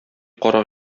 карак